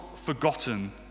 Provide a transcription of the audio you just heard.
forgotten